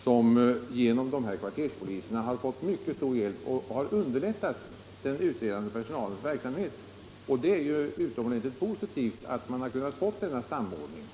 Kvarterspoliserna har givit den utredande personalen mycket god hjälp och har underlättat dess arbete. Det är utomordentligt positivt att man har kunnat få till stånd denna samordning.